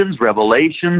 revelations